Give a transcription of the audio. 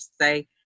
say